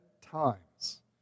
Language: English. times